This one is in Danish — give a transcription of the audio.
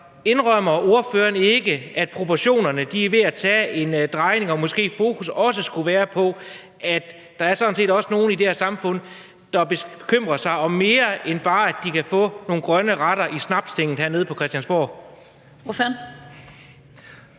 indrømmer ordføreren ikke, at proportionerne er ved at tage en drejning, og at fokus måske også skulle være på, at der sådan set også er nogle i det her samfund, der bekymrer sig om mere end bare, at de kan få nogle grønne retter i Snapstinget herinde på Christiansborg? Kl.